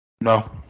No